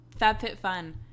FabFitFun